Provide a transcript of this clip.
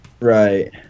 Right